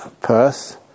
Perth